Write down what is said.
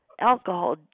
alcohol